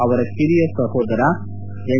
ಅವರ ಕಿರಿಯ ಸಹೋದರ ಎಂ